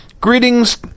Greetings